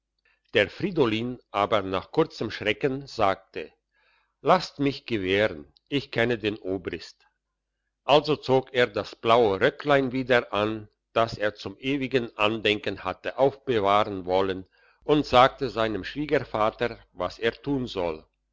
der fridolin aber nach kurzem schrecken sagte lasst mich gewähren ich kenne den obrist also zog er das blaue röcklein wieder an das er zum ewigen andenken hatte aufbewahren wollen und sagte seinem schwiegervater was er tun soll